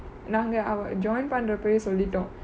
நாங்க அவ:naange ave join பன்றப்பேயே சொல்லிட்டொ:panrepeyae sollito